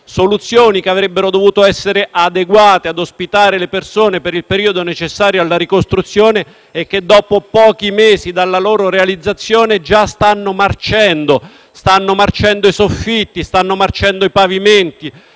soluzioni che avrebbero dovuto essere adeguate a ospitare le persone per il periodo necessario alla ricostruzione e che, dopo pochi mesi dalla loro realizzazione, già stanno marcendo: stanno marcendo i soffitti e i pavimenti.